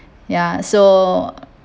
ya so